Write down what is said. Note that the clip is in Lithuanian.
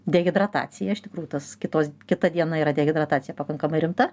dehidratacija iš tikrųjų tos kitos kitą dieną yra dehidratacija pakankamai rimta